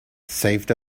saved